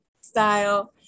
style